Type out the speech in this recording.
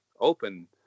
open